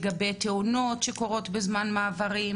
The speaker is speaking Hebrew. לגבי תאונות שקורות בזמן המעבר?